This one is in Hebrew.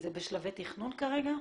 זה בשלבי תכנון כרגע?